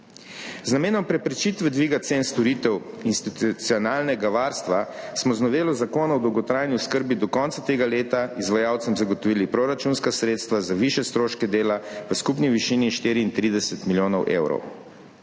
Z namenom preprečitve dviga cen storitev institucionalnega varstva smo z novelo Zakona o dolgotrajni oskrbi do konca tega leta izvajalcem zagotovili proračunska sredstva za višje stroške dela v skupni višini 34 milijonov evrov.